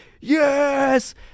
yes